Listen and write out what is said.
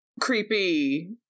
creepy